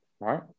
Right